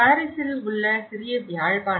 பாரிஸில் உள்ள சிறிய யாழ்ப்பாணம்